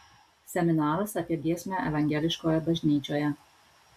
seminaras apie giesmę evangeliškoje bažnyčioje